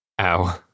Ow